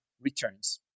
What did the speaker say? returns